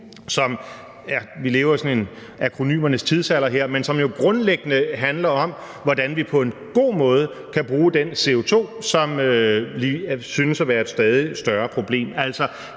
jo grundlæggende handler om, hvordan vi på en god måde kan bruge den CO2, som synes at være et stadig større problem.